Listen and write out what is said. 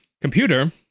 Computer